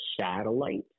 satellite